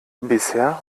bisher